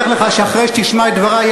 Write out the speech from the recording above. אני מבטיח לך שאחרי שתשמע את דברי תהיה